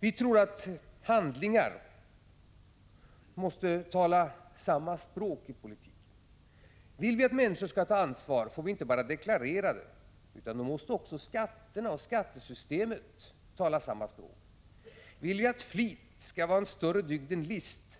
Vi tror att handlingar och viljeyttringar måste tala samma språk i politiken. Vill vi att människor skall ta ansvar, får vi inte bara deklarera det. Då måste också skattesystemet tala samma språk. Vill vi att flit skall vara en större dygd än list,